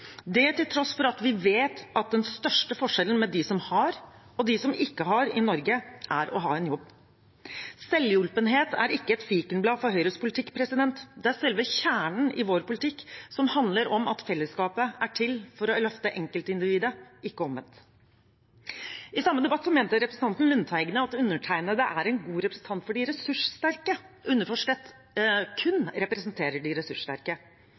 Det er til tross for at vi vet at den største forskjellen i Norge mellom dem som har, og dem som ikke har, er å ha en jobb. Selvhjulpenhet er ikke et fikenblad for Høyres politikk. Det er selve kjernen i vår politikk, som handler om at fellesskapet er til for å løfte enkeltindividet, ikke omvendt. I samme debatt mente representanten Lundteigen at undertegnede er en god representant for de ressurssterke – underforstått: kun representerer de ressurssterke.